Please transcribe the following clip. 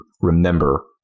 remember